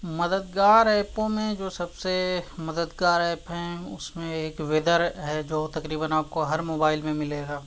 مددگار ایپوں میں جو سب سے مددگار ایپ ہیں اس میں ایک ویدر ہے جو تقریباً آپ کو ہر موبائل میں ملے گا